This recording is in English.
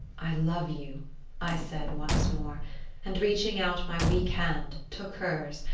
i love you i said once more and reaching out my weak hand, took hers,